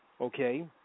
okay